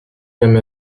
même